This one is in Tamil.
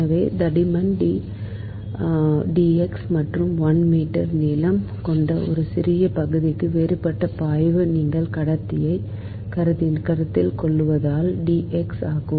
எனவே தடிமன் d x மற்றும் 1 மீட்டர் நீளம் கொண்ட ஒரு சிறிய பகுதிக்கான வேறுபட்ட பாய்வு நீங்கள் கடத்தியைக் கருத்தில் கொள்வது d x ஆகும்